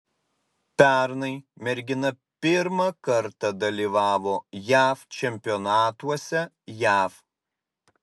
pernai mergina pirmą kartą dalyvavo jav čempionatuose jav